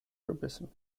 gebissen